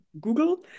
Google